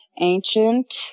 ancient